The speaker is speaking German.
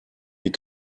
die